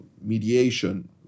mediation